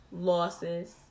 losses